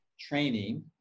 training